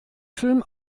film